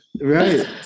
Right